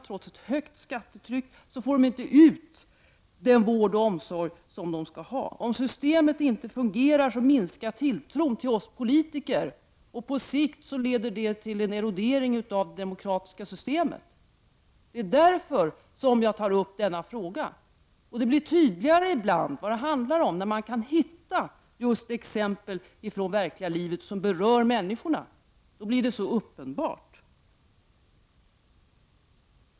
Trots det höga skattetrycket får de inte den vård och omsorg som de skall ha. Om systemet inte fungerar minskar tilltron till oss politiker. På sikt leder det till en erodering av det demokratiska systemet. Det är därför som jag tar upp frågan om barnstugorna i Lund till diskussion. Det blir ibland tydligare om man kan ta fram exempel från det verkliga livet som berör människorna. Allt blir då så uppenbart.